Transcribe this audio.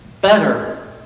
better